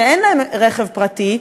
שאין להם רכב פרטי,